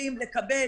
שזקוקים לקבל